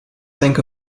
think